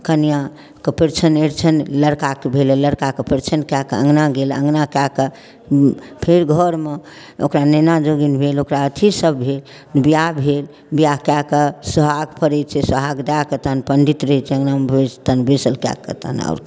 कनिऑं के परिछन अरिछन लड़काके भेलै लड़काके परिछन कए कऽ अँगना गेल अँगना कए कऽ फेर घरमे ओकरा नैना जोगिन भेल ओकरा अथी सब भेल विवाह भेल विवाह कए कऽ सोहाग परै छै सोहाग दए कऽ तहन पण्डित रहै छै अँगना मऽ विध सब कए कऽ तहन और